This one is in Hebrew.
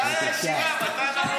מתי הישיבה?